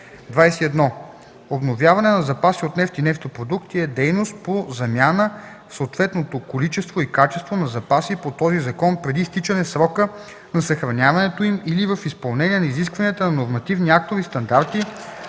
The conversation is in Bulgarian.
21. „Обновяване на запаси от нефт и нефтопродукти” е дейност по замяна в съответното количество и качество на запаси по този закон преди изтичане срока на съхраняването им или в изпълнение на изискванията на нормативни актове и стандарти